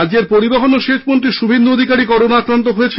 রাজ্যের পরিবহণ ও সেচমন্ত্রী শুভেন্দু অধিকারী করোনা আক্রান্ত হয়েছেন